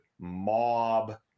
mob